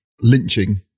lynching